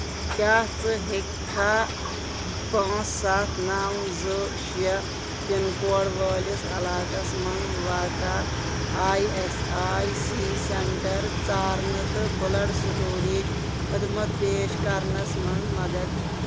کیٛاہ ژٕ ہیٚککھا پانٛژھ ستھ نو زٕ شیٚے پِن کوڈ وٲلِس علاقس منٛز واقعہ I S I C centre ژارنہٕ تہٕ بٕلڈ سٕٹوریج خدمت پیش کرنس منٛز مدد کٔرِتھ؟